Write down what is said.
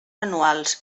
anuals